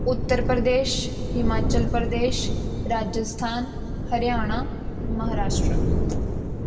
Uttar Pradesh Himachal Pradesh Rajasthan Haryana Maharashtra